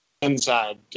inside